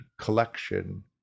collection